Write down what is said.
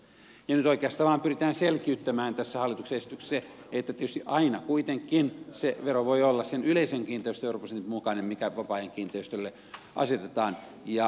nyt oikeastaan vain pyritään selkiyttämään tässä hallituksen esityksessä se että tietysti aina kuitenkin se vero voi olla sen yleisen kiinteistöveroprosentin mukainen mikä vapaa ajan kiinteistölle asetetaan